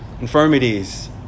infirmities